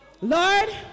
Lord